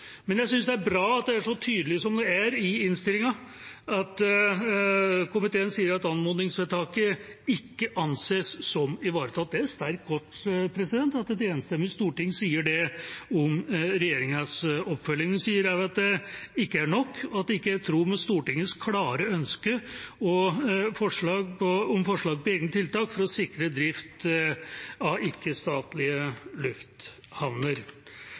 Men jeg synes det er bra at det er så tydelig som det er i innstillinga, at komiteen sier at «anmodningsvedtaket ikke kan ansees som ivaretatt». Det er sterk kost at et enstemmig storting sier det om regjeringas oppfølging. En sier også at det ikke er nok, og at det ikke er «i tråd med Stortingets klare ønske om forslag på egnet tiltak for å sikre videre drift av